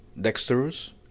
dexterous